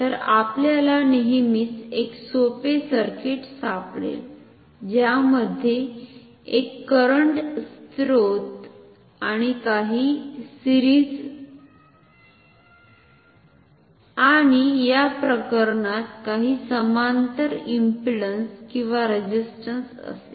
तर आपल्याला नेहमीच एक सोपे सर्किट सापडेल ज्यामध्ये एक करंट स्त्रोत आणि काही सिरिज आणि या प्रकरणात काही समांतर इंपिडंस किंवा रेझिस्टंस असेल